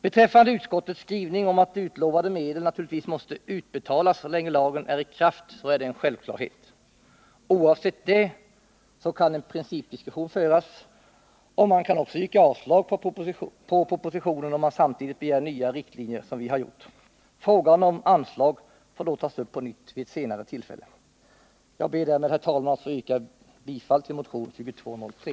Beträffande utskottets skrivning om att utlovade medel naturligtvis måste utbetalas så länge lagen är i kraft så är det en självklarhet. Oavsett det kan en principdiskussion föras, och man kan också yrka avslag på propositionen om man samtidigt begär nya riktlinjer, som vi har gjort. Frågan om anslag får då tas upp på nytt vid ett senare tillfälle. Jag ber därmed, herr talman, att få yrka bifall till motionen 2203.